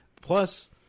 Plus